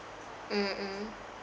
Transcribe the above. mm mm